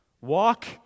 Walk